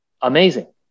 Amazing